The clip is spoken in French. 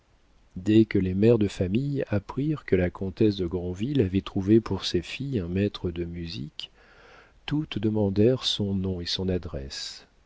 dès que les mères de famille apprirent que la comtesse de granville avait trouvé pour ses filles un maître de musique toutes demandèrent son nom et son adresse